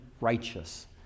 righteous